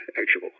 actual